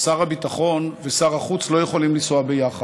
שר הביטחון ושר החוץ לא יכולים לנסוע ביחד.